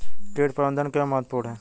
कीट प्रबंधन क्यों महत्वपूर्ण है?